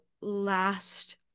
last